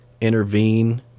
intervene